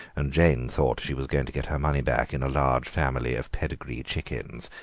and jane thought she was going to get her money back in a large family of pedigree chickens.